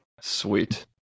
Sweet